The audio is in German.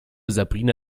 sabrina